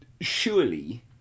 surely